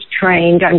trained